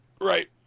right